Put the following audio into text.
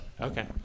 okay